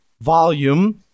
volume